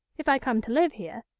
if i come to live here,